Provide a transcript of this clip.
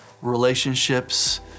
relationships